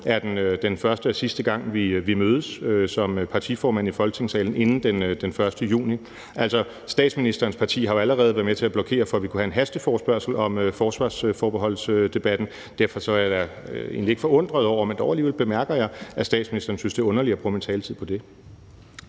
er den første og sidste gang, vi mødes som partiformænd i Folketingssalen inden den 1. juni. Altså, statsministerens parti har jo allerede været med til at blokere for, at vi kunne have en hasteforespørgsel om forsvarsforbeholdet. Derfor er jeg da lidt forundret over det, men jeg bemærker dog alligevel, at statsministeren synes, det er underligt, at jeg bruger min taletid på det.